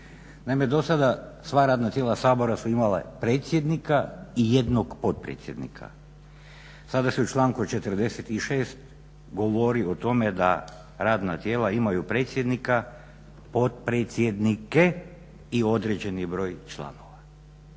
dosada sva radna tijela Sabora su imala predsjednika i jednog potpredsjednika. Sada se u članku 46. govori o tome da radna tijela imaju predsjednika, potpredsjednike i određeni broj članova.